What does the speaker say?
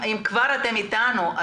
אם כבר אתם איתנו,